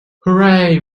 hooray